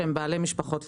שהם בעלי משפחות.